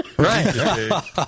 Right